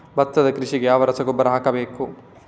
ಭತ್ತದ ಕೃಷಿಗೆ ಯಾವ ರಸಗೊಬ್ಬರ ಹಾಕಬೇಕು?